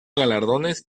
galardones